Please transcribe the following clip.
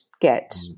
get